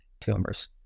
tumors